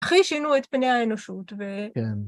הכי שינו את פני האנושות ו...